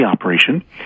operation